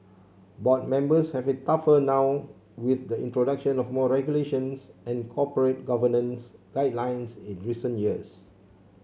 board members have it tougher now with the introduction of more regulations and corporate governance guidelines in recent years